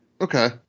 okay